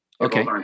Okay